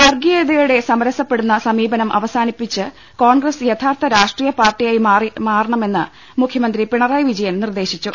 വർഗ്ഗീയതയോടെ സമരസപ്പെടുന്ന സമീപനം അവസാനി പ്പിച്ച് കോൺഗ്രസ് യഥാർത്ഥ രാഷ്ട്രീയ പാർട്ടിയായി മാറണമെന്ന് മുഖ്യമന്ത്രി പിണറായി വിജയൻ നിർദ്ദേശിച്ചു